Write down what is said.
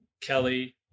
Kelly